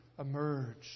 emerge